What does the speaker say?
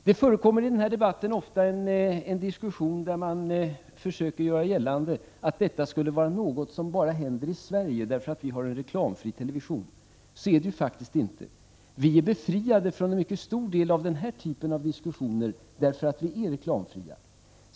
Det förekommer ofta en diskussion där man försöker göra gällande att detta skulle vara något som bara händer i Sverige därför att vi har en reklamfri television. Så är det faktiskt inte. Vi är befriade från en mycket stor del av den här typen av diskussioner just därför att vi är reklamfria.